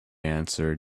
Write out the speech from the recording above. answered